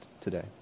today